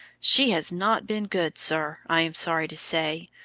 she has not been good, sir, i am sorry to say.